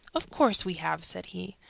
of course we have, said he.